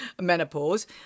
menopause